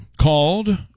called